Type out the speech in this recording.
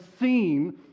seen